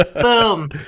boom